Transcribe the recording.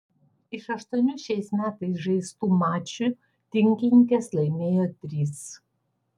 iš aštuonių šiais metais žaistų mačų tinklininkės laimėjo tris